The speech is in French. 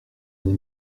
mon